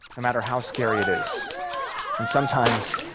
matter how scary it is and sometimes,